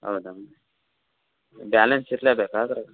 ಹೌದಾ ಬ್ಯಾಲೆನ್ಸ್ ಇರಲೇಬೇಕಾ ಅದ್ರಾಗ್